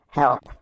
help